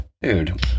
Dude